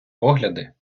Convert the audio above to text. погляди